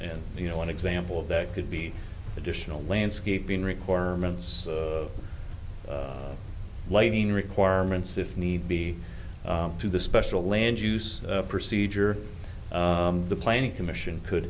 and you know an example of that could be additional landscaping requirements of lighting requirements if need be to the special land use procedure the planning commission could